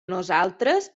nosaltres